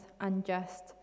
unjust